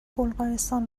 بلغارستان